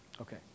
Okay